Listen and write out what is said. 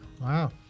Wow